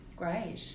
Great